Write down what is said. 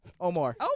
Omar